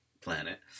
planet